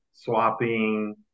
swapping